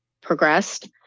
progressed